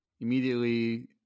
immediately